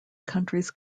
countries